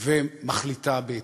ומחליטה בהתאם.